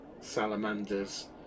salamander's